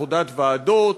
עבודת ועדות,